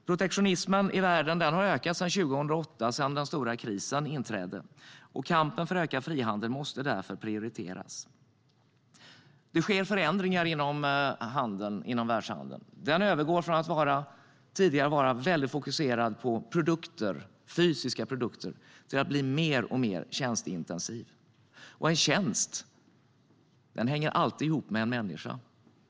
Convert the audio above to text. Protektionismen i världen har ökat sedan den stora krisen 2008. Kampen för ökad frihandel måste därför prioriteras. Det sker förändringar inom världshandeln. Den har övergått från att tidigare ha varit mycket fokuserad på fysiska produkter till att bli mer och mer tjänsteintensiv. En tjänst hänger alltid ihop med en människa.